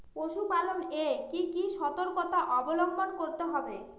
পশুপালন এ কি কি সর্তকতা অবলম্বন করতে হবে?